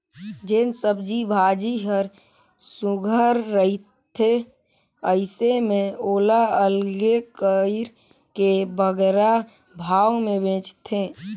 जेन सब्जी भाजी हर सुग्घर रहथे अइसे में ओला अलगे कइर के बगरा भाव में बेंचथें